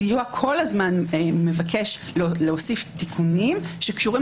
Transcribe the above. הסיוע כל הזמן מבקש להוסיף תיקונים שקשורים